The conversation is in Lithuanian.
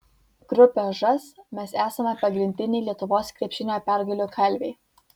grupė žas mes esame pagrindiniai lietuvos krepšinio pergalių kalviai